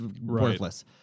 worthless